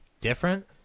Different